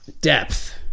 depth